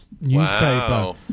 newspaper